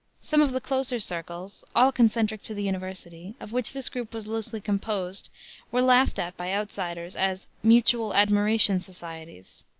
some of the closer circles all concentric to the university of which this group was loosely composed were laughed at by outsiders as mutual admiration societies.